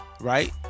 right